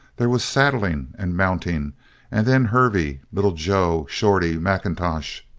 there was saddling and mounting and then hervey, little joe, shorty, macintosh,